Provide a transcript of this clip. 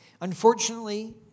Unfortunately